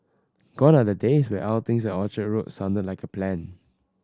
gone are the days when outings at Orchard Road sounded like a plan